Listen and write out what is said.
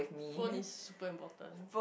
phone is super important